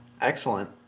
Excellent